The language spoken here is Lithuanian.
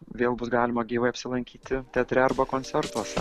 vėl bus galima gyvai apsilankyti teatre arba koncertuose